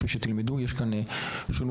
Associate.